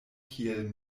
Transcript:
kiel